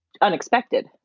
unexpected